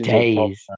days